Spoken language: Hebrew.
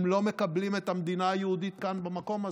הם לא מקבלים את המדינה היהודית כאן, במקום הזה.